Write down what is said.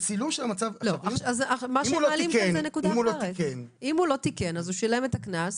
אם הוא לא תיקן אז הוא שילם את הקנס,